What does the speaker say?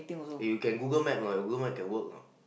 eh you can Google Map or not your Google Map can work or not